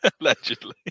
Allegedly